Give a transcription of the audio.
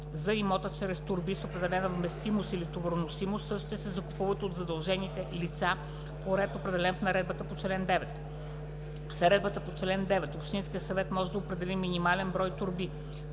за имота чрез торби с определена вместимост и товароносимост, същите се закупуват от задължените лица по ред, определен в наредбата по чл. 9. С наредбата по чл. 9 общинският съвет може да определи минимален брой торби,